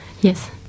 yes